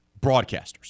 broadcasters